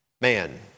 Man